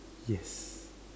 yes